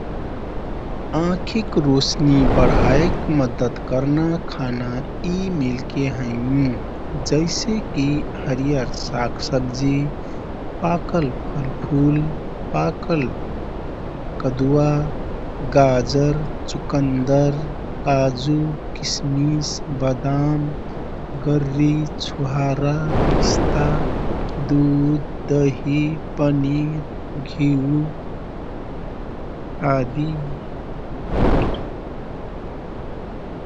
आँखिक रोशनि बढाइक मद्दत करना खाना यी मेलके हैँ। जैसेकि हरियर साग सब्जी, पाकल फलफुल, पाकल कदुवा, गाजर, चुकन्दर, काजु, किसमिस, बदाम, गररी, छुहरा, पिस्ता, दुध, दही, पनिर, घ्यु आदि।